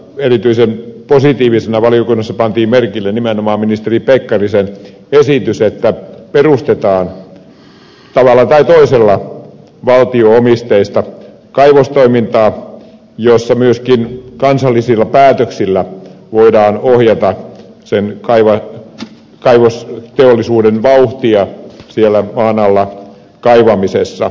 erityisen positiivisena valiokunnassa pantiin merkille nimenomaan ministeri pekkarisen esitys että perustetaan tavalla tai toisella valtionomisteista kaivostoimintaa jossa myöskin kansallisilla päätöksillä voidaan ohjata sen kaivosteollisuuden vauhtia siellä maan alla kaivamisessa